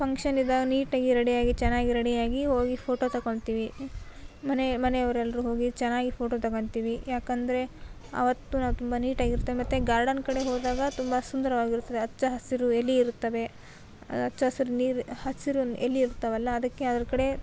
function ಇದ್ದಾಗ ನೀಟಾಗಿ ರೆಡಿಯಾಗಿ ಚೆನ್ನಾಗಿ ರೆಡಿಯಾಗಿ ಹೋಗಿ ಫೋಟೋ ತಗೊಳ್ತೀವಿ ಮನೆಯ ಮನೆಯವರೆಲ್ರು ಹೋಗಿ ಚೆನ್ನಾಗಿ ಫೋಟೋ ತಗೊಳ್ತೀವಿ ಯಾಕೆಂದರೆ ಅವತ್ತು ನಾವು ತುಂಬ ನೀಟಾಗಿರುತ್ತೆ ಮತ್ತು ಗಾರ್ಡನ್ ಕಡೆ ಹೋದಾಗ ತುಂಬ ಸುಂದರವಾಗಿರುತ್ತದೆ ಹಚ್ಚ ಹಸಿರು ಎಲ್ಲಿ ಇರುತ್ತದೆ ಹಚ್ಚ ಹಸಿರು ನೀರು ಹಸಿರು ಎಲೆ ಇರುತ್ತವಲ್ಲ ಅದಕ್ಕೆ ಅದ್ರ ಕಡೆ